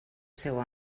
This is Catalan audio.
seu